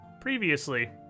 previously